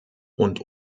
und